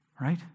Right